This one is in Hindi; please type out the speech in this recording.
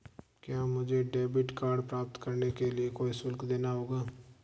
क्या मुझे डेबिट कार्ड प्राप्त करने के लिए शुल्क देना होगा?